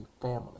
family